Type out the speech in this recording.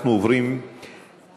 אנחנו עוברים להודעה